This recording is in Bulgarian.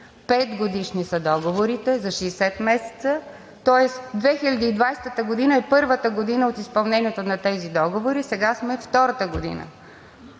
петгодишни са договорите, за 60 месеца. Тоест 2020 г. е първата година от изпълнението на тези договори. Сега сме втората година.